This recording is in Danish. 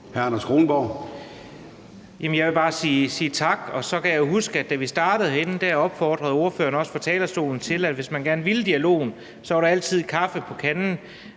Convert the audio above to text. Anders Kronborg (S): Jeg vil bare sige tak, og så kan jeg huske, at da vi startede herinde, opfordrede ordføreren også fra talerstolen til, at hvis man gerne ville dialogen, var der altid kaffe på kanden.